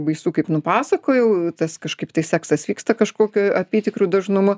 baisu kaip nupasakojau tas kažkaip tai seksas vyksta kažkokiu apytikriu dažnumu